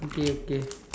okay okay